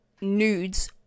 nudes